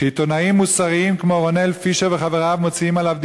שעיתונאים מוסריים כמו רונאל פישר וחבריו מוציאים עליו דיבה,